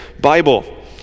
Bible